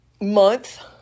month